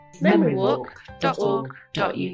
Memorywalk.org.uk